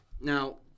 Now